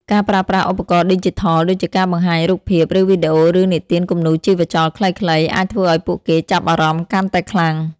ការប្រើប្រាស់ឧបករណ៍ឌីជីថល ដូចជាការបង្ហាញរូបភាព ឬវីដេអូរឿងនិទានគំនូរជីវចលខ្លីៗ អាចធ្វើឱ្យពួកគេចាប់អារម្មណ៍កាន់តែខ្លាំង។